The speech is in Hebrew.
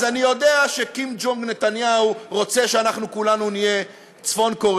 אז אני יודע שקים ג'ונג נתניהו רוצה שאנחנו כולנו נהיה צפון-קוריאה,